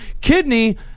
Kidney